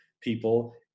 people